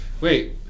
Wait